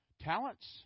Talents